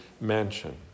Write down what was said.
mansion